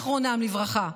זיכרונם לברכה,